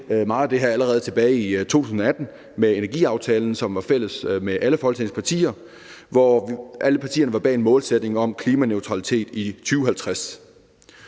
til meget af det her allerede tilbage i 2018 med energiaftalen, som er en aftale mellem alle Folketingets partier. Alle partierne står bag en målsætning om klimaneutralitet i 2050.